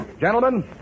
Gentlemen